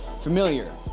familiar